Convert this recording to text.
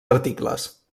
articles